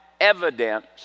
evidence